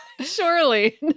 Surely